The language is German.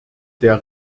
der